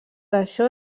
això